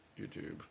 YouTube